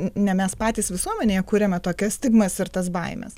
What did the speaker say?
ne mes patys visuomenėje kuriame tokias stigmas ir tas baimes